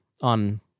on